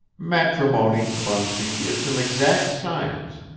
matrimony, bunsey, is an exact science.